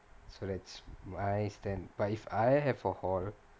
so that's my stand then but if I have a hall